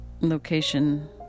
location